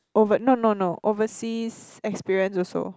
over no no no overseas experience also